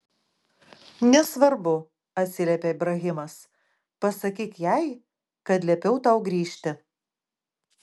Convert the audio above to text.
nesvarbu atsiliepė ibrahimas pasakyk jai kad liepiau tau grįžti